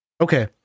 Okay